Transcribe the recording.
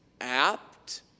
apt